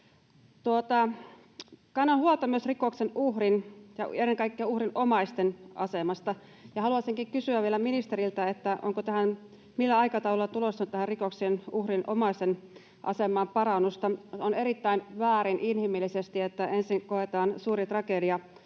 Kannan huolta myös rikoksen uhrin ja ennen kaikkea uhrin omaisten asemasta ja haluaisinkin kysyä vielä ministeriltä: onko millä aikataululla tulossa nyt tähän rikoksen uhrin omaisen asemaan parannusta? On erittäin väärin inhimillisesti, että ensin koetaan suuri tragedia